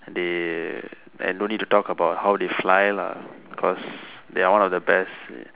they I don't need to talk about how they fly lah cause they are one of the best